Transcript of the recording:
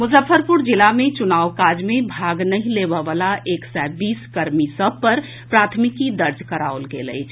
मुजफ्फरपुर जिला मे चुनाव कार्य मे भाग नहि लेबय वला एक सय बीस कर्मी पर प्राथमिकी दर्ज कराओल गेल अछि